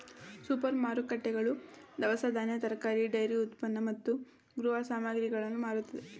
super ಮಾರುಕಟ್ಟೆಗಳು ದವಸ ಧಾನ್ಯ, ತರಕಾರಿ, ಡೈರಿ ಉತ್ಪನ್ನ ಮತ್ತು ಗೃಹ ಸಾಮಗ್ರಿಗಳನ್ನು ಮಾರುತ್ತವೆ